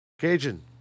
cajun